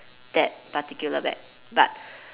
that particular bag but